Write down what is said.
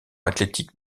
athlétique